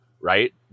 right